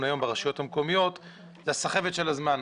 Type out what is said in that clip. היום ברשויות המקומיות היא הסחבת של הזמן.